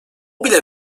bile